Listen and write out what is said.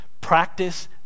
practice